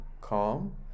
calm